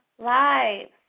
lives